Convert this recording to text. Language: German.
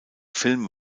film